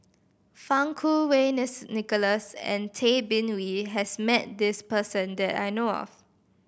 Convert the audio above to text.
Fang Kuo Wei Nicholas and Tay Bin Wee has met this person that I know of